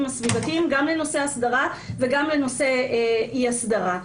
הסביבתיים גם בנושא האסדרה וגם בנושא אי האסדרה.